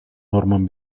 нормам